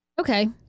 Okay